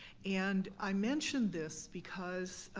and i mention this because,